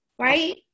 right